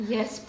Yes